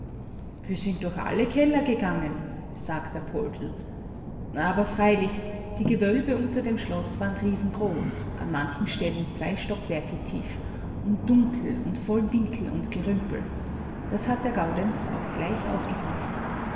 wir sind durch alle keller gegangen sagte der poldl aber freilich die gewölbe unter dem schloß waren riesengroß an manchen stellen zwei stockwerke tief und dunkel und voll winkel und gerümpel das hat der gaudenz auch gleich aufgegriffen